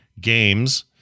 games